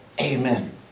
Amen